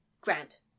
Grant